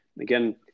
again